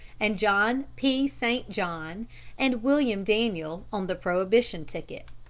and john p. st. john and william daniel on the prohibition ticket.